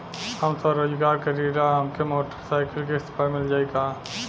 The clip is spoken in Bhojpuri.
हम स्वरोजगार करीला हमके मोटर साईकिल किस्त पर मिल जाई का?